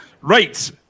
Right